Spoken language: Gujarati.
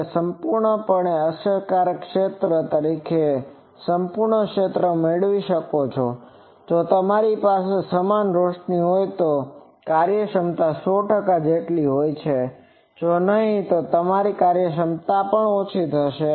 તમે સંપૂર્ણ અસરકારક ક્ષેત્ર તરીકે સંપૂર્ણ ક્ષેત્ર મેળવી શકો છો કે જો તમારી પાસે સમાન રોશની હોય તો કાર્યક્ષમતા 100 ટકા જેટલી હોય જો નહીં તો તમારી પાસે કાર્યક્ષમતા ઓછી હશે